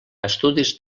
estudis